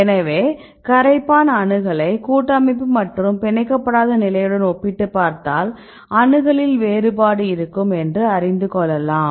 எனவேகரைப்பான் அணுகலை கூட்டமைப்பு மற்றும் பிணைக்கபடாத நிலையுடன் ஒப்பிட்டுப் பார்த்தால் அணுகலில் வேறுபாடு இருக்கும் என்று அறிந்து கொள்ளலாம்